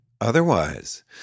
Otherwise